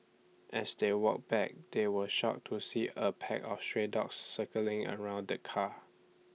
as they walked back they were shocked to see A pack of stray dogs circling around the car